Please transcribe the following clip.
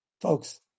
Folks